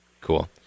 cool